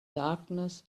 darkness